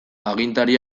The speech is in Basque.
agintari